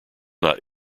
not